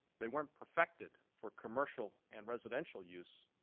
they weren't perfected for commercial and residential use.